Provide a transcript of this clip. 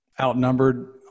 outnumbered